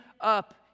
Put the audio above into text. up